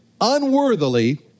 unworthily